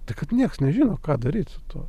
tai kad nieks nežino ką daryt su tuo